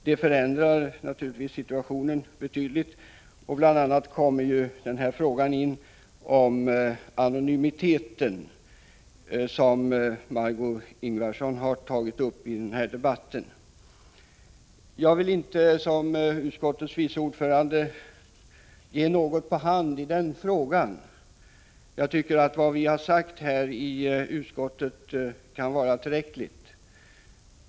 Detta förändrar naturligtvis situationen betydligt, och bl.a. kommer frågan om anonymiteten in i bilden. Jag vill som utskottets vice ordförande inte ge något på hand därvidlag. Jag tycker att det vi skrivit i betänkandet kan vara tillräckligt.